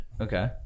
Okay